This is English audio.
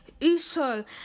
Uso